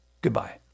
Goodbye